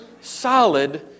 solid